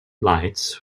lights